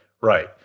Right